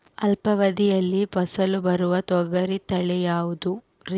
ಅಲ್ಪಾವಧಿಯಲ್ಲಿ ಫಸಲು ಬರುವ ತೊಗರಿ ತಳಿ ಯಾವುದುರಿ?